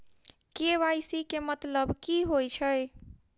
KYC केँ मतलब की होइ छै?